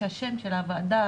ששם הוועדה